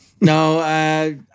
No